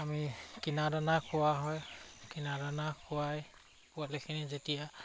আমি কিনা দানা খোৱা হয় কিনা দানা খুৱাই পোৱালিখিনি যেতিয়া